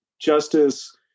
Justice